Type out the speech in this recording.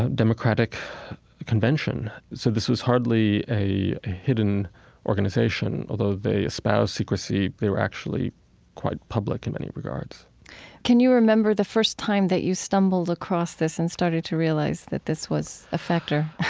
democratic convention. so this was hardly a a hidden organization. although they espouse secrecy, they were actually quite public in many regards can you remember the first time that you stumbled across this and started to realize that this was a factor? ah,